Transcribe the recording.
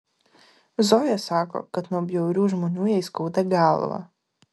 zoja sako kad nuo bjaurių žmonių jai skauda galvą